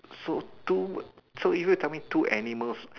so two so if you tell me two animals